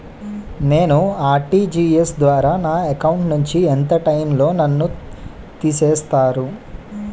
నేను ఆ.ర్టి.జి.ఎస్ ద్వారా నా అకౌంట్ నుంచి ఎంత టైం లో నన్ను తిసేస్తారు?